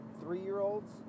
three-year-olds